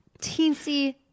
teensy